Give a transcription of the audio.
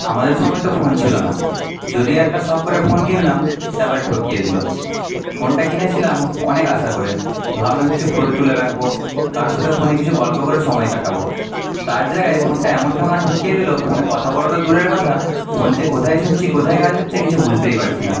আমাদের সময় তো ফোন ছিল না যদি একটা শখ করে ফোন কিনলাম সে আবার ঠকিয়ে দিল ফোনটা কিনেছিলাম অনেক আশা করে ভাবলাম কিছু ফোটো তুলে রাখবো কারুর সাথে ফোনে কিছু গল্প করে সময় কাটাবো তার জায়গায় ফোনটা এমন ঠকান ঠকিয়ে দিল ফোনে কথা বলা তো দূরের কথা ফোন যে কোথায় ছুঁচ্ছি কোথায় কাজ হচ্ছে কিছু বুঝতেই পারছি না